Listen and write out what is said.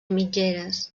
mitgeres